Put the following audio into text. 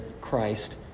Christ